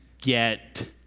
get